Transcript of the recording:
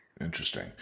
Interesting